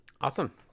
Awesome